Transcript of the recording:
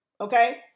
Okay